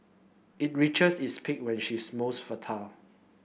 it reaches its peak when she is most fertile